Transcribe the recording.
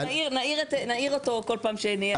אנחנו נעיר אותו כל פעם שתהיה הצבעה.